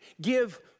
give